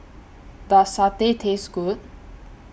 Does Satay Taste Good